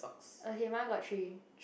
okay mine got three